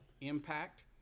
impact